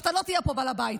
ואתה לא תהיה פה בעל הבית,